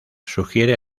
sugiere